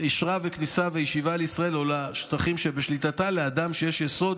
אשרה לכניסה וישיבה בישראל או בשטחים שבשליטתה לאדם שיש יסוד